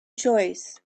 choice